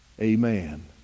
Amen